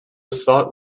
thought